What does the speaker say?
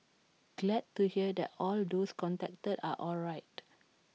glad to hear that all those contacted are alright